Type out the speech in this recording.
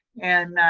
and